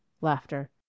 Laughter